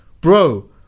Bro